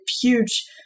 huge